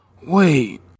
Wait